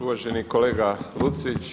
Uvaženi kolega Lucić.